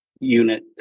unit